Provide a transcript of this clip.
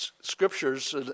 scriptures